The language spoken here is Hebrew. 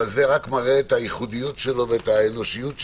אבל זה מראה את הייחודיות שלו ואת האנושיות שלו.